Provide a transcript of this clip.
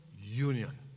union